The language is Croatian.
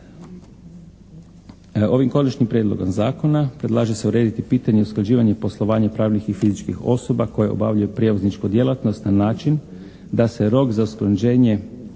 Ovim Konačnim prijedlogom zakona predlaže se urediti pitanje usklađivanja i poslovanje pravnih i fizičkih osoba koje obavljaju prijevozničku djelatnost na način da se rok za usklađenje